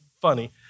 funny